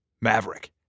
Maverick